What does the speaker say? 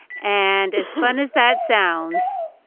and as fun as that sounds,